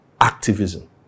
activism